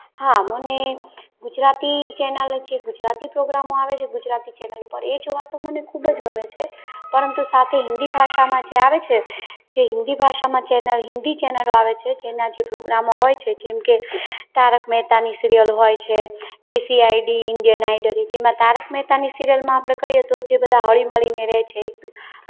હા મને ગુજરાતી ચૅનલ જે ગુજરાતી પ્રોગ્રામો આવે છે ગુજરાતી ચેનલ ઉપર એ જોવા તો મને ખૂબ જ ગમે છે પરંતુ સાથે હિન્દી ભાષામાં જે આવે છે જે હિન્દી ભાષામાં ચૅનલ હિન્દી ચેનલો આવે છે જેના જે પ્રોગ્રામો હોય છે જેમ કે